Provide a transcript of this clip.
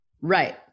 Right